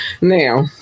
Now